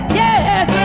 yes